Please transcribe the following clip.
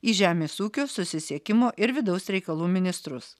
į žemės ūkio susisiekimo ir vidaus reikalų ministrus